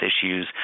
issues